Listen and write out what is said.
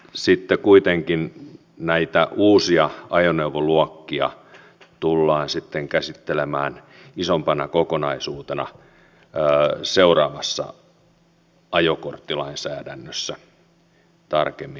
mutta kuitenkin näitä uusia ajoneuvoluokkia tullaan käsittelemään isompana kokonaisuutena seuraavassa ajokorttilainsäädännössä tarkemmin